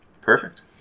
Perfect